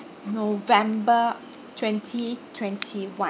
november twenty twenty one